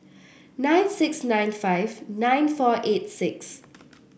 nine six nine five nine four eight six